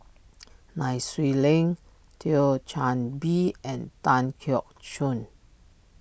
Nai Swee Leng Thio Chan Bee and Tan Keong Choon